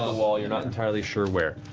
ah wall. you're not entirely sure where.